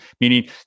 Meaning